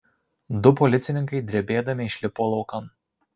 du policininkai drebėdami išlipo laukan